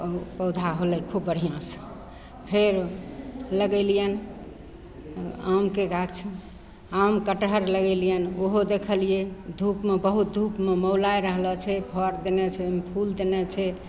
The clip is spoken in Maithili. पौधा होलै खूब बढ़िआँसे फेर लगेलिअनि आमके गाछ आम कटहर लगेलिअनि ओहो देखलिए धूपमे बहुत धूपमे मौलाइ रहलऽ छै फड़ देने छै ओहिमे फूल देने छै